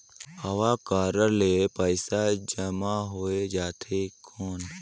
हव कारड ले पइसा जमा हो जाथे कौन?